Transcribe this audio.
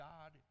God